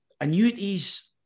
annuities